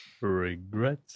Regrets